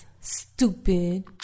stupid